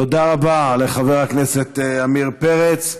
תודה רבה לחבר הכנסת עמיר פרץ.